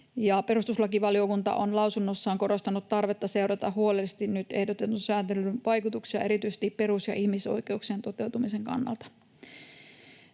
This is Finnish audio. perustuslakivaliokunta on lausunnossaan korostanut tarvetta seurata huolellisesti nyt ehdotetun sääntelyn vaikutuksia erityisesti perus- ja ihmisoikeuksien toteutumisen kannalta.